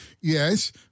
Yes